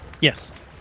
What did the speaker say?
Yes